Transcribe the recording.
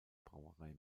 brauerei